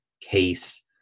case